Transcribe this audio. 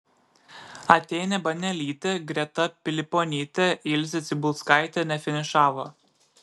atėnė banelytė greta piliponytė ilzė cibulskaitė nefinišavo